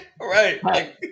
right